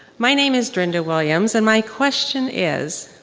my name is drinda williams. and my question is,